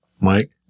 Mike